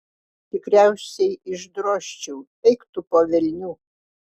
tikriausiai išdrožčiau eik tu po velnių